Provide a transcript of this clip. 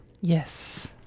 yes